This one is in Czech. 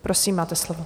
Prosím, máte slovo.